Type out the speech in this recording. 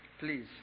Please